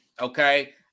okay